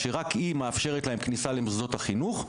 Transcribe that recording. שרק היא מאפשרת להם כניסה למוסדות החינוך,